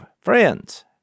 friends